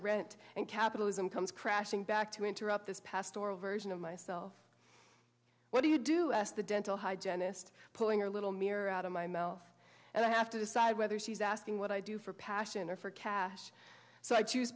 rent and capitalism comes crashing back to interrupt this past or a version of myself what do you do as the dental hygienist pulling a little mirror out of my mouth and i have to decide whether she's asking what i do for passion or for cash so i choose